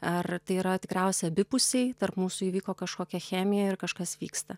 ar tai yra tikriausia abipusiai tarp mūsų įvyko kažkokia chemija ir kažkas vyksta